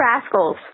Rascals